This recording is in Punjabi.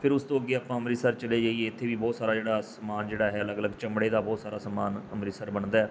ਫਿਰ ਉਸ ਤੋਂ ਅੱਗੇ ਆਪਾਂ ਅੰਮ੍ਰਿਤਸਰ ਚਲੇ ਜਾਈਏ ਇੱਥੇ ਵੀ ਬਹੁਤ ਸਾਰਾ ਜਿਹੜਾ ਸਮਾਨ ਜਿਹੜਾ ਹੈ ਅਲੱਗ ਅਲੱਗ ਚਮੜੇ ਦਾ ਬਹੁਤ ਸਾਰਾ ਸਮਾਨ ਅੰਮ੍ਰਿਤਸਰ ਬਣਦਾ